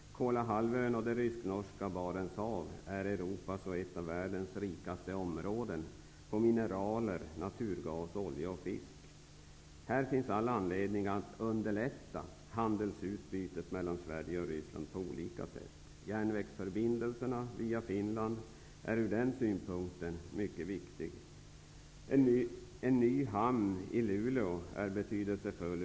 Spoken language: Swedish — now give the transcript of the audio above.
Kolahalvön och det rysk-norska Barents hav är ett av värdens rikaste områden på naturtillgångar som mineraler, naturgas, olja och fisk. Här finns all anledning att underlätta handelsutbytet mellan Sverige och Ryssland på olika sätt. Järnvägsförbindelserna via Finland är från den synpunkten mycket viktiga. En ny hamn i Luleå är också betydelsefull.